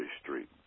street